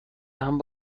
چند